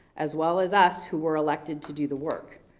as well as us who were elected to do the work,